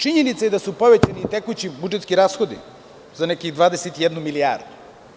Činjenica je da su povećani tekući budžetski rashodi za neku 21 milijardu.